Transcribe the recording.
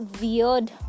Weird